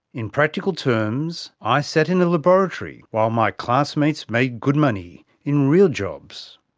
in practical terms, i sat in the laboratory while my classmates made good money in real jobs.